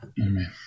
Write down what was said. Amen